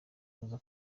kuza